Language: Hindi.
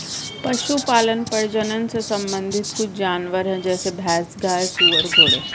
पशुपालन प्रजनन से संबंधित कुछ जानवर है जैसे भैंस, गाय, सुअर, घोड़े